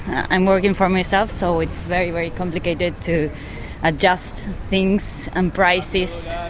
i'm working for myself so it's very, very complicated to adjust things and prices.